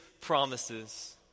promises